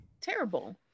terrible